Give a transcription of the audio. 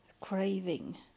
craving